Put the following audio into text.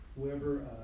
Whoever